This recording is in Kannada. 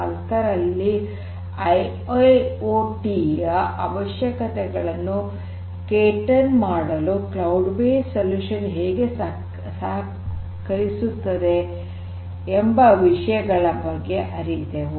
೦ ಐಐಓಟಿ ಯ ಅವಶ್ಯಕತೆಗಳನ್ನು ಪೂರೈಕೆ ಮಾಡಲು ಕ್ಲೌಡ್ ಬೇಸ್ಡ್ ಪರಿಹಾರ ಹೇಗೆ ಸಹಕರಿಸುತ್ತದೆ ಎಂಬ ವಿಷಯಗಳ ಬಗ್ಗೆ ಅರಿತೆವು